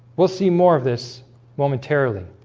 we'll see more of this momentarily